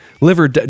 liver